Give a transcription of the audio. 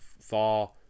far